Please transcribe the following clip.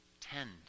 tend